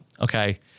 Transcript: Okay